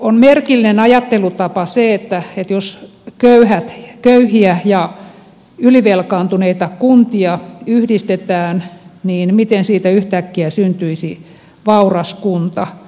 on merkillinen ajattelutapa se että jos köyhiä ja ylivelkaantuneita kuntia yhdistetään niin siitä yhtäkkiä syntyisi vauras kunta